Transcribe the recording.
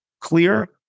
clear